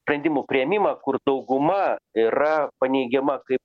sprendimų priėmimą kur dauguma yra paneigiama kaip